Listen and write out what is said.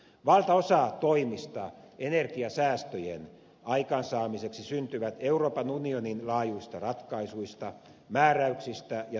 valtaosa toimista energiasäästöjen aikaansaamiseksi syntyy euroopan unionin laajuisista ratkaisuista määräyksistä ja suosituksista